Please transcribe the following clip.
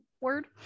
word